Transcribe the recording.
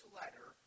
letter